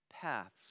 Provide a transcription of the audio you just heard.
paths